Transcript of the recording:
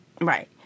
right